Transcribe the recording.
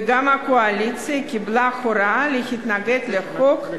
וגם הקואליציה קיבלה הוראה להתנגד לחוק כאן,